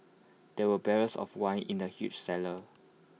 there were barrels of wine in the huge cellar